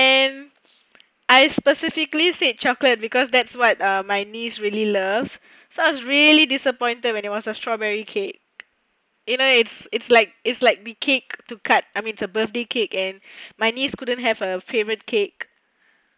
and I specifically say chocolate because that's what my niece really love sounds really disappointed when it was a strawberry cake you know it's it's like it's like the cake to cut I mean it's a birthday cake and my niece couldn't have a favorite cake